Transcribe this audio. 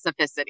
specificity